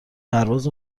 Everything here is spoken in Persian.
پرواز